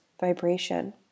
vibration